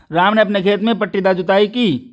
राम ने अपने खेत में पट्टीदार जुताई की